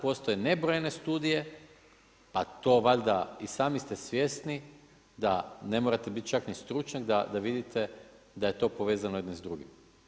Postoje nebrojene studije, pa to valjda i sami ste svjesni da ne morate biti čak ni stručnjak da vidite da je to povezano jedno s drugim.